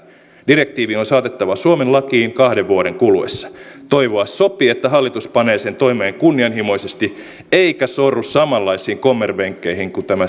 direktiivi on saatettava suomen lakiin kahden vuoden kuluessa toivoa sopii että hallitus panee sen toimeen kunnianhimoisesti eikä sorru samanlaisiin kommervenkkeihin kuin tämän